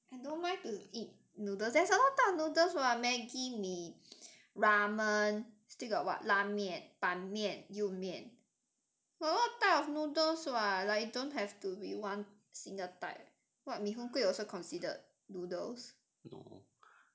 I don't mind to eat noodles there's a lot type of noodles [what] maggi mee ramen still got what 拉面拌面釉面 got a lot type of noodles [what] like don't have to be one single type what mee hoon kway also considered noodles